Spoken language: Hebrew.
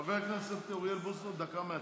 חבר הכנסת אוריאל בוסו, דקה מהצד.